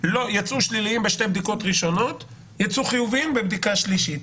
יצאו שליליים בשתי הבדיקות הראשונות ויצאו חיוביים בבדיקה שלישית.